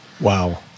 Wow